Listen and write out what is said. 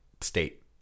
state